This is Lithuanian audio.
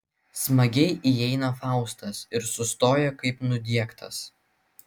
smagiai įeina faustas ir sustoja kaip nudiegtas